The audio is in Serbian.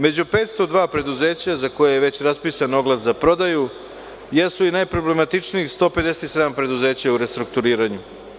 Među 502 preduzeća za koje je već raspisan oglas za prodaju jesu i najproblematičnijih 157 preduzeća u restrukturiranju.